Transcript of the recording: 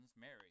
Mary